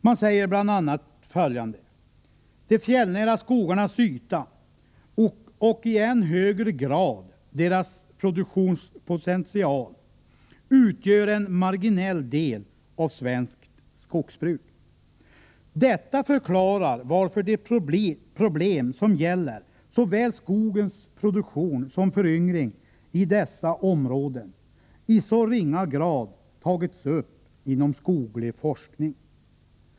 Man säger bl.a. följande: ”De fjällnära skogarnas yta, och i än högre grad deras produktionspotential, utgör en marginell del av svenskt skogsbruk. Detta förklarar varför de problem som gäller såväl skogens produktion som föryngring i dessa områden i så ringa grad tagits upp inom skoglig forskning.